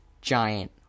giant